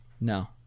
No